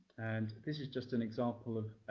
and this is just an example of